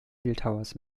bildhauers